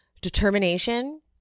determination